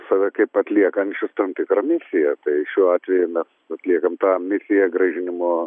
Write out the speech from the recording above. save kaip atliekančius tam tikrą misiją tai šiuo atveju mes atliekam tą misiją grąžinimo